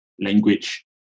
language